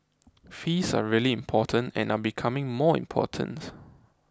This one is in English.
fees are really important and are becoming more important